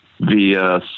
via